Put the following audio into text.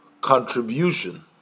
contribution